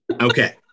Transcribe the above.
Okay